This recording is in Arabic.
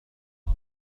كنت